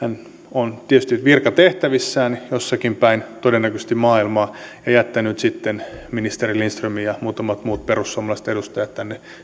on tietysti virkatehtävissään todennäköisesti jossakin päin maailmaa ja jättänyt ministeri lindströmin ja muutamat muut perussuomalaiset edustajat tänne